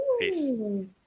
peace